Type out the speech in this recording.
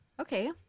Okay